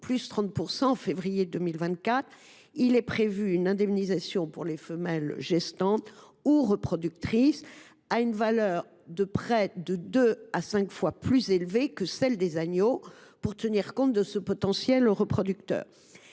30 % en février 2024. Il est aussi prévu une indemnisation pour les femelles gestantes ou reproductrices à une valeur de près de deux à cinq fois plus élevée que celle des agneaux, pour tenir compte de ce potentiel reproducteur.